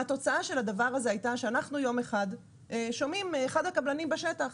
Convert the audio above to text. והתוצאה של הדבר הזה הייתה שאנחנו יום אחד שומעים מאחד הקבלנים בשטח,